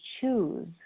choose